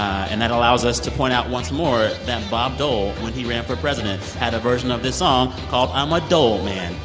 and that allows us to point out once more than bob dole, when he ran for president, had a version of this song called i'm a dole man.